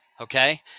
okay